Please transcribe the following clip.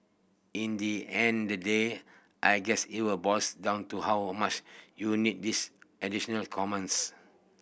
in the end the day I guess it were boils down to how much you need these additional commons